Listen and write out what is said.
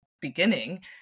beginning